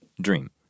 dream